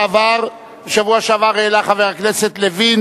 ומעבר לכל ספק,